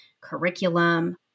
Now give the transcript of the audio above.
curriculum